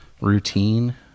routine